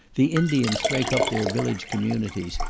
the indians break up their village communities,